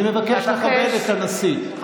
אני מבקש לכבד את הנשיא.